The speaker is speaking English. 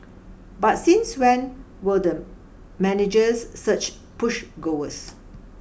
but since when were the managers such push goers